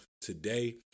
today